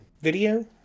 video